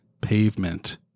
Pavement